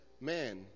man